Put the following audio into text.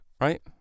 right